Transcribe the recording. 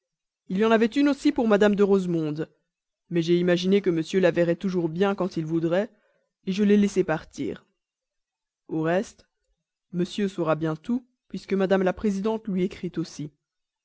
il y en avait une aussi pour mme de rosemonde mais j'ai imaginé que monsieur la verrait toujours bien quand il voudrait je l'ai laissée partir au reste monsieur saura bien tout puisque mme la présidente lui écrit aussi